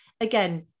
again